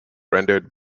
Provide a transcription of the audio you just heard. rendered